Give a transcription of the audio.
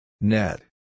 Net